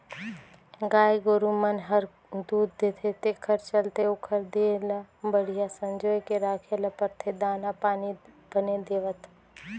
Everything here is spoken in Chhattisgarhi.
गाय गोरु मन हर दूद देथे तेखर चलते ओखर देह ल बड़िहा संजोए के राखे ल परथे दाना पानी बने देवत